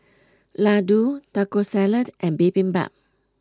Ladoo Taco Salad and Bibimbap